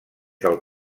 del